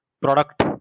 product